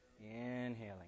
Inhaling